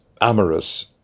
amorous